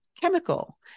chemical